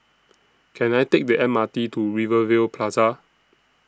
Can I Take The M R T to Rivervale Plaza